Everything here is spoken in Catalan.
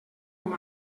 com